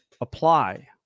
apply